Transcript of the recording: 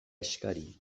eskari